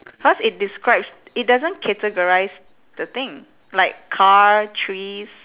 cause it describes it doesn't categorise the thing like car trees